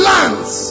Lands